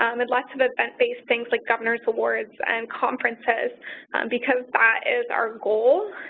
um and lots of ah event-based things like governors awards and conferences because that is our goal.